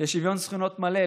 לשוויון זכויות מלא,